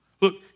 Look